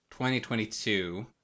2022